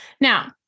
Now